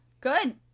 Good